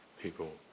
people